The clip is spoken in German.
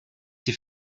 die